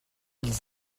ils